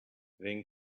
then